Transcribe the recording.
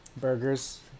Burgers